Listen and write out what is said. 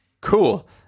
cool